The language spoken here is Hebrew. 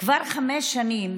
כבר חמש שנים